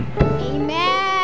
amen